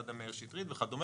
עם מאיר שטרית וכדומה,